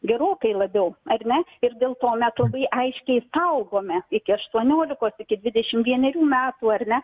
gerokai labiau ar ne ir dėl to mes labai aiškiai saugome iki aštuoniolikos iki dvidešim vienerių metų ar ne